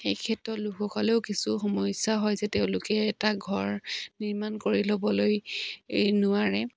এই ক্ষেত্ৰত লোকসকলেও কিছু সমস্যা হয় যে তেওঁলোকে এটা ঘৰ নিৰ্মাণ কৰি ল'বলৈ নোৱাৰে